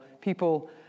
people